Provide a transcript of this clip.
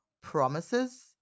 promises